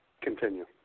Continue